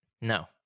No